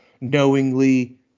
knowingly